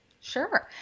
Sure